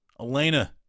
Elena